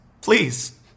please